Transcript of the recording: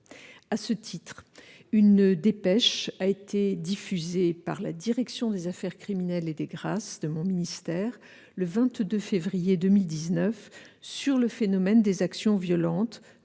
À ce titre, une dépêche a été diffusée par la direction des affaires criminelles et des grâces de mon ministère le 22 février 2019 au sujet des actions violentes